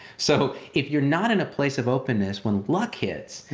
so if you're not in a place of openness when luck hits,